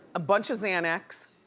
a bunch of xanax,